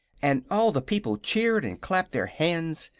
and all the people cheered and clapped their hands,